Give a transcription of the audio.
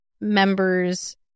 members